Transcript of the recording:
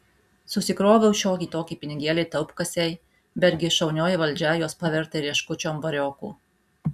susikroviau šiokį tokį pinigėlį taupkasėj bet gi šaunioji valdžia juos pavertė rieškučiom variokų